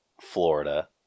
Florida